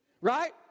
right